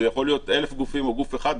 זה יכול להיות אלף גופים או גוף אחד,